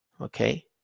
okay